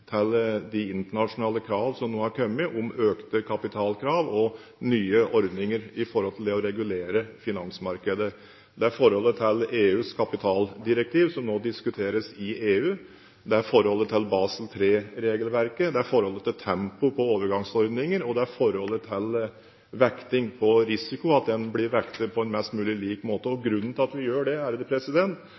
til de internasjonale krav som nå er kommet om økte kapitalkrav og nye ordninger i forhold til det å regulere finansmarkedet. Det er forholdet til EUs kapitaldirektiv som nå diskuteres i EU, det er forholdet til Basel III-regelverket, det er forholdet til tempo på overgangsordninger, og det er forholdet til vekting på risiko, slik at den blir vektet på en mest mulig lik måte. Grunnen til at vi gjør det,